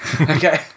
Okay